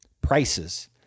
prices